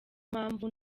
mpamvu